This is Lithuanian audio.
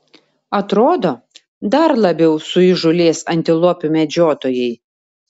atrodo dar labiau suįžūlės antilopių medžiotojai